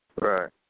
Right